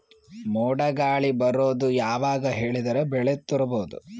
ಮೋಡ ಗಾಳಿ ಬರೋದು ಯಾವಾಗ ಹೇಳಿದರ ಬೆಳೆ ತುರಬಹುದು?